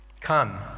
Come